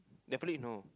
definitely no